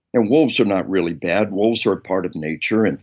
and wolves are not really bad. wolves are a part of nature, and